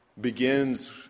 begins